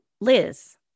Liz